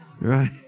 Right